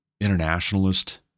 internationalist